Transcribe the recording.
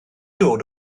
dod